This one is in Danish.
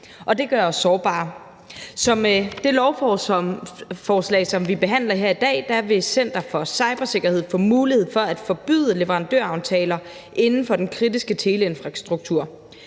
det gør os sårbare. Så med det lovforslag, som vi behandler her i dag, vil Center for Cybersikkerhed få mulighed for at forbyde leverandøraftaler inden for den kritiske teleinfrastruktur,